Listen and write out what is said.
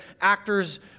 actors